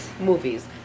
movies